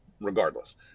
Regardless